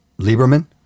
Lieberman